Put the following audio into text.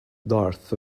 darth